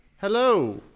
hello